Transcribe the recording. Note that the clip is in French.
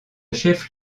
chef